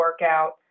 workout